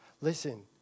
Listen